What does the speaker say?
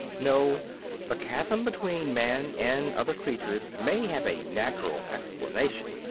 no the chasm between man and other creatures may have a natural explanation,